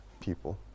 people